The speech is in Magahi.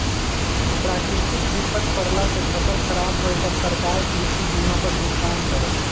प्राकृतिक विपत परला से फसल खराब होय पर सरकार कृषि बीमा पर भुगतान करत